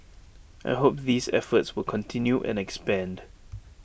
I hope these efforts will continue and expand